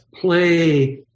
play